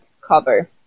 cover